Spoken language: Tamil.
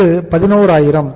இது 11000